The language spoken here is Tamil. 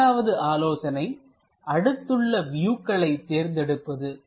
இரண்டாவது ஆலோசனை அடுத்துள்ள வியூக்களை தேர்ந்தெடுப்பது